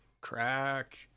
crack